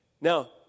Now